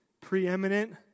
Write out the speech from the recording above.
preeminent